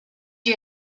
you